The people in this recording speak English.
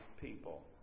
people